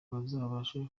bazabashe